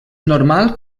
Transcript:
normal